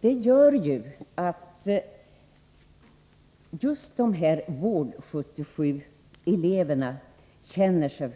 Det gör att just vård 77-eleverna faktiskt känner sig